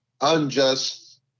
unjust